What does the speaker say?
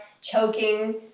choking